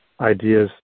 ideas